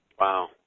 Wow